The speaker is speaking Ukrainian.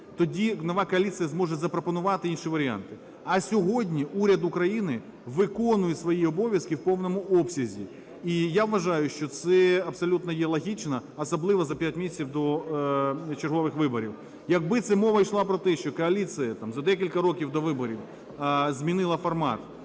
тоді нова коаліція зможе запропонувати інші варіанти. А сьогодні уряд України виконує своє обов'язки в повному обсязі, і я вважаю, що це абсолютно є логічно, особливо за 5 місяців до чергових виборів. Якби це мова йшла про те, що коаліція там за декілька років до виборів змінила формат